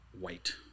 white